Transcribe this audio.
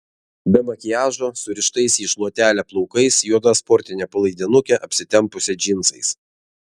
be makiažo surištais į šluotelę plaukais juoda sportine palaidinuke apsitempusią džinsais